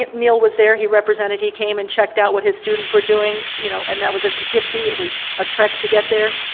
neal was there, he represented, he came and checked out what his students were doing, you know and that was in poughkeepsie, it was a trek to get there.